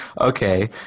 Okay